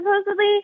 supposedly